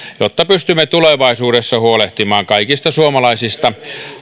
jotta pystymme tulevaisuudessa huolehtimaan kaikista suomalaisista